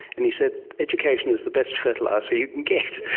and he said, education is the best fertiliser you can get.